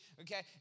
Okay